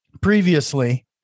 previously